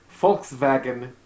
Volkswagen